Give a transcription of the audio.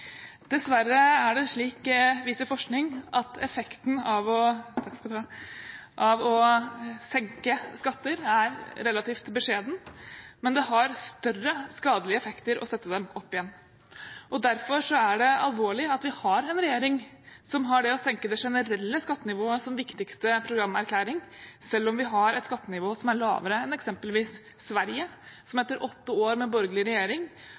Dessverre er det slik, viser forskning, at effekten av å senke skatter er relativt beskjeden, men det har større skadelige effekter å sette dem opp igjen. Derfor er det alvorlig at vi har en regjering som har det å senke det generelle skattenivået som viktigste programerklæring, selv om vi har et skattenivå som er lavere enn eksempelvis Sverige, som etter åtte år med borgerlig regjering